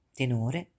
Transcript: tenore